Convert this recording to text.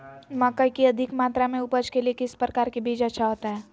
मकई की अधिक मात्रा में उपज के लिए किस प्रकार की बीज अच्छा होता है?